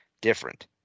different